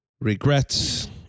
regrets